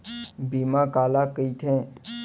बीमा काला कइथे?